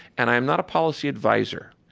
and i am not a policy advisor.